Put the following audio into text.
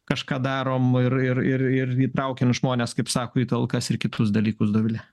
kažką darom ir ir ir ir įtraukiam žmones kaip sako į talkas ir kitus dalykus dovile